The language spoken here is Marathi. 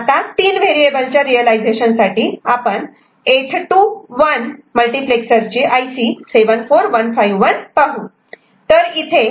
आता 3 व्हेरिएबल च्या रियलायझेशन साठी आपण 8 to 1 मल्टिप्लेक्सरची IC 74151 पाहू